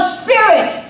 spirit